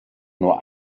nur